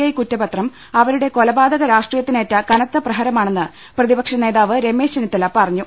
I കുറ്റപത്രം അവരുടെ കൊലപാതക രാഷ്ട്രീയത്തി നേറ്റ കനത്ത പ്രഹരമാണെന്ന് പ്രതിപക്ഷ നേതാവ് രമേശ് ചെന്നിത്തല പറഞ്ഞു